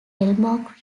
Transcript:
hemlock